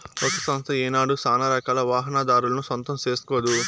ఒక సంస్థ ఏనాడు సానారకాల వాహనాదారులను సొంతం సేస్కోదు